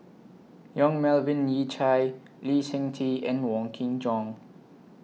Yong Melvin Yik Chye Lee Seng Tee and Wong Kin Jong